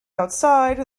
outside